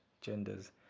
genders